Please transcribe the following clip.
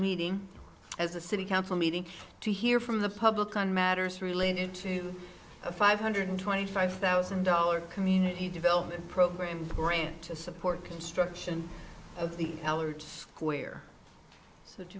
meeting as a city council meeting to hear from the public on matters related to a five hundred twenty five thousand dollars community development program grant to support construction of the allert square so